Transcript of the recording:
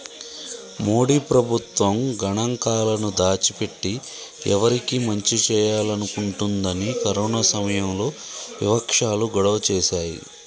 మోడీ ప్రభుత్వం గణాంకాలను దాచి పెట్టి ఎవరికి మంచి చేయాలనుకుంటుందని కరోనా సమయంలో వివక్షాలు గొడవ చేశాయి